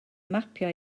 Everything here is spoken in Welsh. mapio